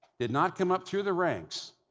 did not come up through the ranks,